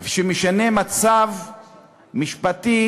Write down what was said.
שמשנה מצב משפטי